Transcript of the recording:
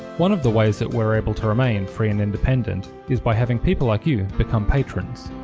one of the ways that we're able to remain free and independent is by having people like you become patrons.